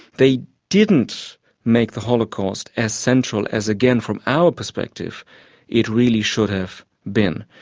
they didn't make the holocaust as central as, again, from our perspective it really should have been.